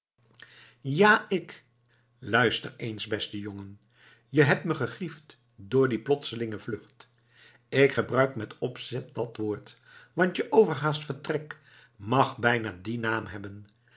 ja ik luister eens beste jongen je hebt me gegriefd door die plotselinge vlucht ik gebruik met opzet dat woord want je overhaast vertrek mag bijna dien naam hebben